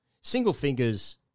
single-fingers